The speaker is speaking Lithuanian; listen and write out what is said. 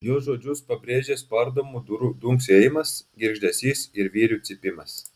jos žodžius pabrėžė spardomų durų dunksėjimas girgždesys ir vyrių cypimas